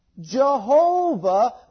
Jehovah